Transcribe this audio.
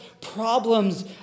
problems